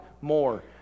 more